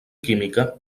química